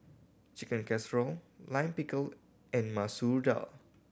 Chicken Casserole Lime Pickle and Masoor Dal